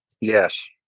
Yes